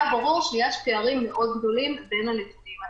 היה ברור שיש פערים מאוד גדולים בין הנתונים האלה.